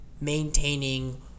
maintaining